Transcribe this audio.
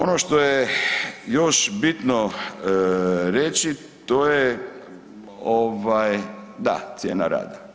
Ono što je još bitno reći, to je ovaj, da, cijena rada.